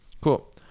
cool